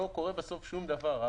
לא קורה בסוף דבר.